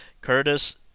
Curtis